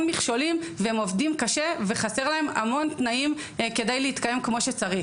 מכשולים והם עובדים קשה וחסר להם המון תנאים כדי להתקיים כמו שצריך.